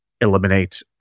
eliminate